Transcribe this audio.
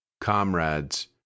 Comrades